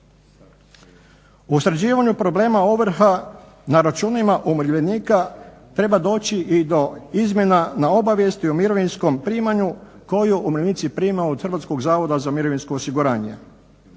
U sređivanju problema ovrha na računima umirovljenika treba doći i do izmjena na obavijesti o mirovinskom primanju koju umirovljenici primaju od HZMO-a. Na toj obavijesti